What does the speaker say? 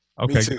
okay